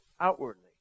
outwardly